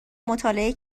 مطالعه